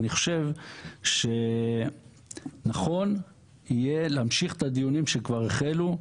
אני חושב שנכון יהיה להמשיך את הדיונים שכבר החלו,